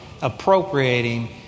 appropriating